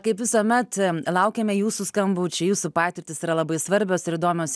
kaip visuomet laukiame jūsų skambučių jūsų patirtys yra labai svarbios ir įdomios